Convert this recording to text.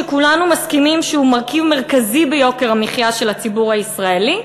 שכולנו מסכימים שהוא מרכיב מרכזי ביוקר המחיה של הציבור הישראלי,